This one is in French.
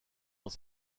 dans